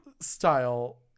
style